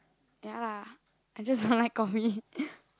ya lah I just don't like coffee